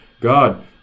God